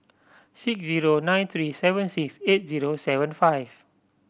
six zero nine three seven six eight zero seven five